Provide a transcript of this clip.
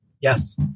Yes